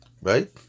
Right